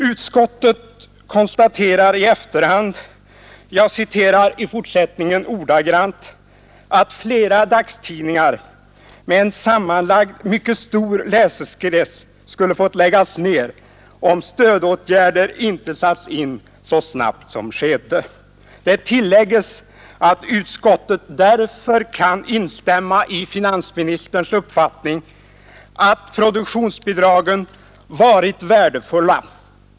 Utskottet konstaterar i efterhand ”att flera dagstidningar med en sammanlagt mycket stor läsekrets skulle fått läggas ned, om stödåtgärder inte satts in så snabbt som skedde”. Utskottet tillägger att det därför kan ”instämma i departementschefens uttalande att produktionsbidragen varit värdefulla”.